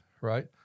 right